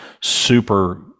super